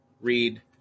read